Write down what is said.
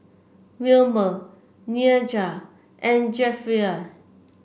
Wilmer Nyah and Jefferey